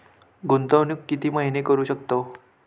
गुंतवणूक किती महिने करू शकतव?